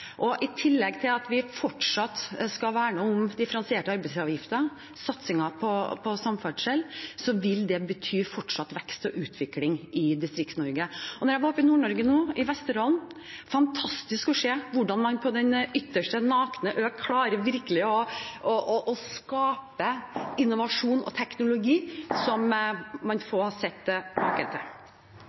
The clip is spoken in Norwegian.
fortsatt skal verne om differensierte arbeidsgiveravgifter og satse på samferdsel, vil det bety fortsatt vekst og utvikling i Distrikts-Norge. Da jeg var oppe i Nord-Norge nå, i Vesterålen, var det fantastisk å se hvordan man på den «ytterste nøgne ø» virkelig klarer å skape innovasjon og teknologi som få har sett maken til.